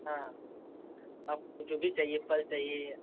हाँ आपको जो भी चाहिए फल चाहिए